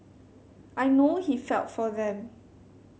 I know he felt for them